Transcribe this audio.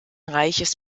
reiches